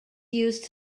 used